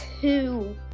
two